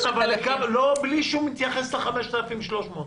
בלי להתייחס ל-5,300.